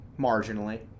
Marginally